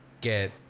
get